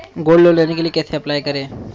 Gold loan के लिए कैसे अप्लाई करें?